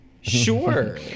Sure